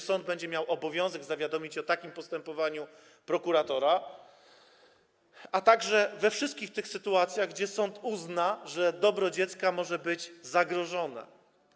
Sąd będzie miał obowiązek zawiadomić o takim postępowaniu prokuratora, a także we wszystkich tych sytuacjach, gdy uzna, że dobro dziecko może być zagrożone.